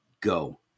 go